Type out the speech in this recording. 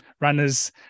runners